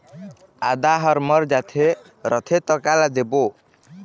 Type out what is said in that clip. आदा हर मर जाथे रथे त काला देबो?